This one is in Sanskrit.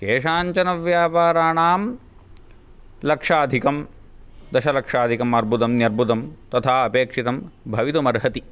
केषाञ्चन व्यापाराणां लक्षाधिकं दशलक्षाधिकं अर्बुदं न्यर्बुदं तथा अपेक्षितं भवितुम् अर्हति